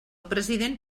president